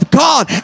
god